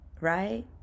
right